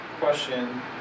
question